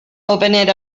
opened